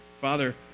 Father